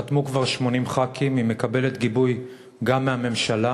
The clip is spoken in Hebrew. חתמו כבר 80 ח"כים, היא מקבלת גיבוי גם מהממשלה,